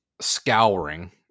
scouring